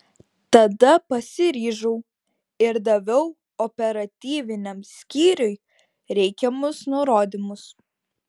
tada pasiryžau ir daviau operatyviniam skyriui reikiamus nurodymus